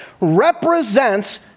represents